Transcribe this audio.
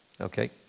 Okay